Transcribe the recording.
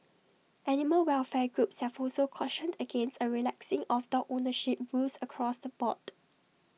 animal welfare groups have also cautioned against A relaxing of dog ownership rules across the board